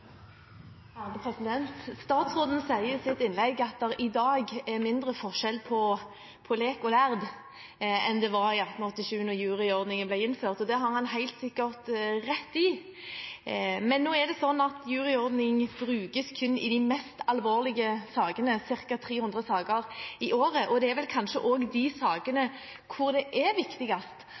Statsråden sier i sitt innlegg at det i dag er mindre forskjell på lek og lærd enn det var i 1887 da juryordningen ble innført, og det har han helt sikkert rett i, men nå er det sånn at juryordning brukes kun i de mest alvorlige sakene, ca. 300 saker i året. Det er vel kanskje også de sakene hvor det er viktigst